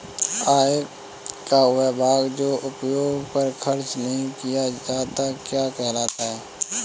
आय का वह भाग जो उपभोग पर खर्च नही किया जाता क्या कहलाता है?